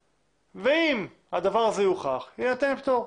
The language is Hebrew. ואם הדבר הזה יוכח, יינתן פטור.